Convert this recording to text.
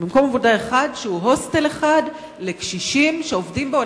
שהוא הוסטל אחד לקשישים שעובדים בו.